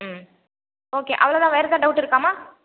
ம் ஓகே அவ்வளோதான் வேறு ஏதாவது டவுட் இருக்காம்மா